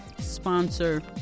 sponsor